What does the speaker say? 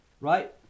Right